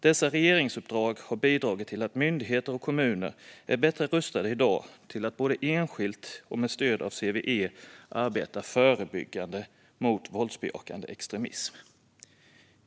Dessa regeringsuppdrag har bidragit till att myndigheter och kommuner är bättre rustade i dag till att både enskilt och med stöd av CVE arbeta förebyggande mot våldsbejakande extremism.